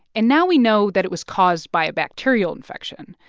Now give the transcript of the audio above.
and now we know that it was caused by a bacterial infection.